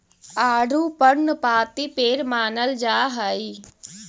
आडू पर्णपाती पेड़ मानल जा हई